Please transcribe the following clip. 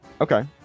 okay